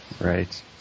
right